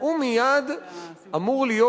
הוא מייד אמור להיות,